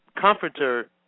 comforter